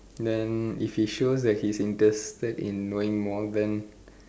then if he shows that he is interested in knowing more then